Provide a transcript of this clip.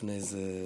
לפני 15 שנה,